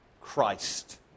Christ